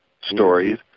stories